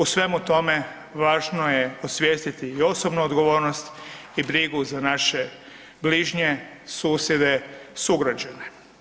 U svemu tome, važno je osvijestiti i osobnu odgovornost i brigu za naše bližnje, susjede, sugrađane.